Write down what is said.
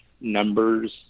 numbers